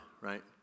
right